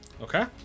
Okay